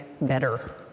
better